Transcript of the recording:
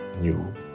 new